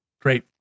Great